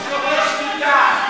אני שובר שתיקה.